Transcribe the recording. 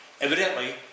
evidently